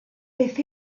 beth